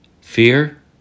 Fear